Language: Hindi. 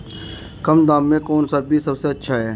कम दाम में कौन सा बीज सबसे अच्छा है?